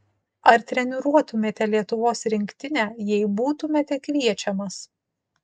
ar treniruotumėte lietuvos rinktinę jei būtumėte kviečiamas